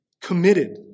committed